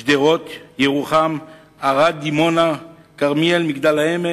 שדרות, ירוחם, ערד, דימונה, כרמיאל, מגדל-העמק,